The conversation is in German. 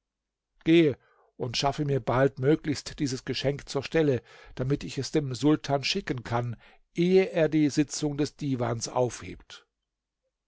gehe und schaffe mir baldmöglichst dieses geschenk zur stelle damit ich es dem sultan schicken kann ehe er die sitzung des divans aufhebt